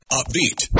upbeat